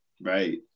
right